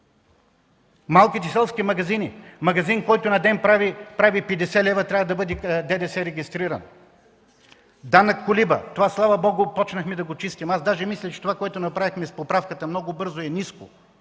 Малките селски магазини – магазин, който на ден прави 50 лева, трябва да бъде регистриран по ДДС. Данък колиба – това, слава Богу, започнахме да го чистим. Мисля, че това, което направихме с поправката много бързо, е ниско.